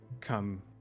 come